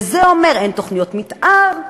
וזה אומר: אין תוכניות מתאר,